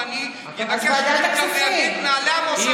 ואני מבקש ממנהלי המוסדות,